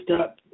up